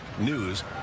News